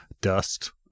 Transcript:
dust